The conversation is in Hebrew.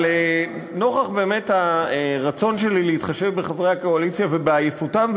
אבל נוכח באמת הרצון שלי להתחשב בחברי הקואליציה ובעייפותם,